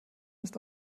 ist